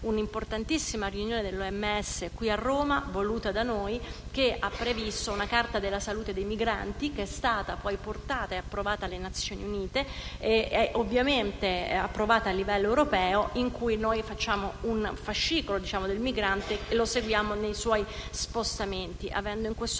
un'importantissima riunione dell'OMS a Roma, voluta da noi, che ha previsto una Carta della salute dei migranti, che poi è stata portata ed approvata dalle Nazioni Unite, ovviamente approvata anche a livello europeo, per cui noi facciamo un fascicolo del migrante e lo seguiamo nei suoi spostamenti, avendo in questo